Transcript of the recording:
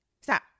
Stop